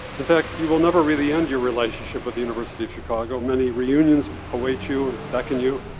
in fact you will never really end your relationship with the university of chicago. many reunions await you and beckon you,